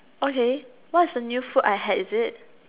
okay what is the new food I had is it